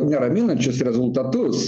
neraminančius rezultatus